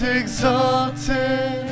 exalted